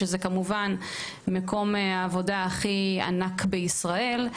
שזה כמובן מקום העבודה הכי ענק בישראל.